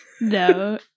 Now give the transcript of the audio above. No